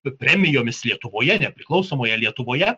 premijomis lietuvoje nepriklausomoje lietuvoje